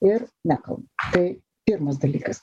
ir nekalba tai pirmas dalykas